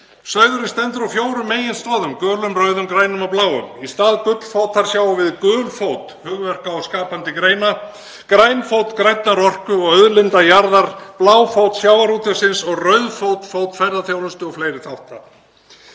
Sauðurinn stendur á fjórum meginstoðum, gulum, rauðum grænum og bláum. Í stað gullfótar sjáum við gulfót hugverka og skapandi greina, grænfót grænnar orku og auðlinda jarðar, bláfót sjávarútvegsins og rauðfót fót ferðaþjónustu og fleiri þátta.